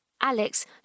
Alex